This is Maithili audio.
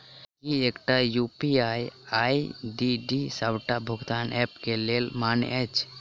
की एकटा यु.पी.आई आई.डी डी सबटा भुगतान ऐप केँ लेल मान्य अछि?